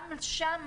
גם שם,